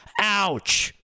ouch